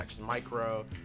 micro